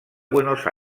buenos